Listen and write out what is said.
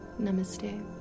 Namaste